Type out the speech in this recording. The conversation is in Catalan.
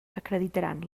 acreditaran